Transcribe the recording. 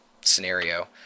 scenario